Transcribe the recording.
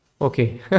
Okay